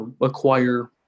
acquire